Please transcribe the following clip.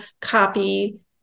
copy